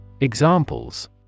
Examples